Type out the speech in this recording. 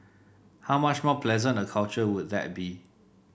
how much more pleasant a culture would that be